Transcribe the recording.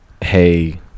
hey